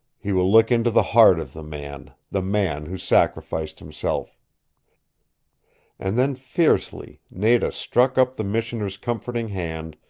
he will look into the heart of the man, the man who sacrificed himself and then, fiercely, nada struck up the missioner's comforting hand,